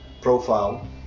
profile